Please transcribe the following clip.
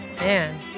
Man